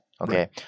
Okay